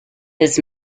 his